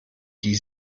die